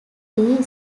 three